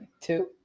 Two